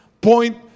point